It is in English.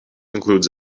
includes